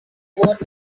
what